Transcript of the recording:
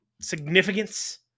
significance